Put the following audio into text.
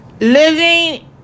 living